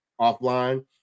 offline